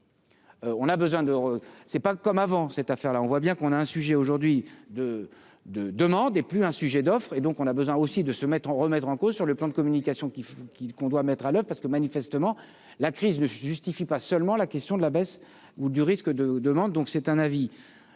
c'est pas comme avant cette affaire-là, on voit bien qu'on a un sujet aujourd'hui de de demande est plus un sujet d'offre et donc on a besoin aussi de se mettre en remettre en cause sur le plan de communication qu'il faut qu'il qu'on doit mettre à l'heure parce que, manifestement, la crise ne justifie pas seulement la question de la baisse ou du risque de demandes, donc c'est un avis